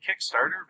Kickstarter